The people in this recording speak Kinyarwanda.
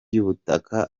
y’ubutaka